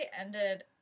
ended